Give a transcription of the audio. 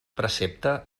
precepte